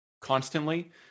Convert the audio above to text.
constantly